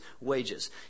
wages